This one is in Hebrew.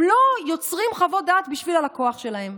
הם לא יוצרים חוות דעת בשביל הלקוח שלהם.